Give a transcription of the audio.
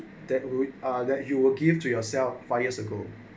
that would ah that you will give to yourself five years ago